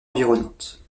environnantes